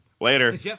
later